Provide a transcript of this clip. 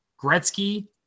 Gretzky